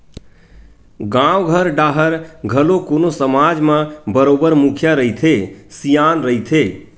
गाँव घर डाहर घलो कोनो समाज म बरोबर मुखिया रहिथे, सियान रहिथे